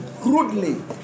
crudely